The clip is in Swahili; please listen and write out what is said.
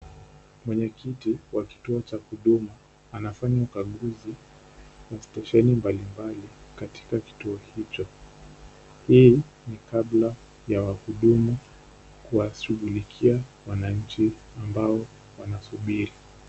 Mwenye kiti wa kituo cha huduma anafanya ukaguzi wa station mbali mbali katika kituo hicho, hii ni kabla ya wahudumu kuwashughulikia wananchi ambao wanaosubiri.